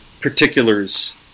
particulars